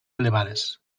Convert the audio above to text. elevades